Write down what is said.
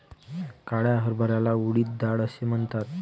काळ्या हरभऱ्याला उडीद डाळ असेही म्हणतात